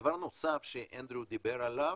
דבר נוסף שאנדרו דיבר עליו,